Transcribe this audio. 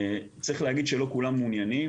צריך להגיד שלא כולם מעוניינים,